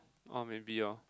oh maybe orh